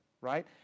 right